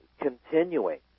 continuing